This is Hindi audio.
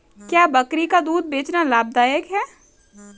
क्या बकरी का दूध बेचना लाभदायक है?